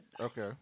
Okay